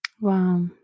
Wow